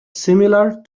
similar